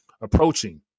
approaching